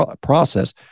process